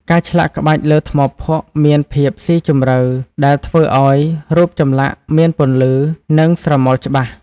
ការឆ្លាក់ក្បាច់លើថ្មភក់មានភាពស៊ីជម្រៅ ដែលធ្វើឱ្យរូបចម្លាក់មានពន្លឺ និងស្រមោលច្បាស់។